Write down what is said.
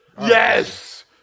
Yes